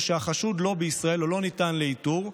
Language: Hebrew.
או שהחשוד לא בישראל או לא ניתן לאיתור,